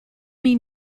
mean